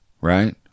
right